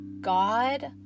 God